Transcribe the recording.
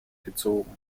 gezogen